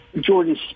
Jordan